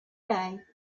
day